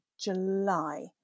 July